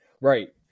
Right